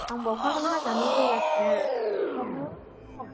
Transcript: आंबो अखाखौनो हाजानो लुबैगासिनो अखायानो हाया